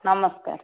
ନମସ୍କାର